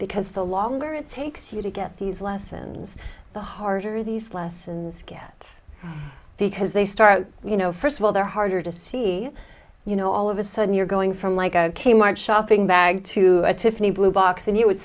because the longer it takes you to get these lessons the harder these lessons get because they start you know first of all they're harder to see you know all of a sudden you're going from like ok my shopping bag to a tiffany blue box and you would